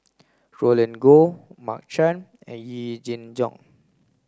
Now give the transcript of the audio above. Roland Goh Mark Chan and Yee Jenn Jong